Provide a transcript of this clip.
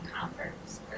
conference